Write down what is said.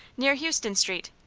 near houston street.